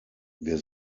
wir